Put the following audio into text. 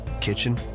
kitchen